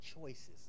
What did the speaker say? choices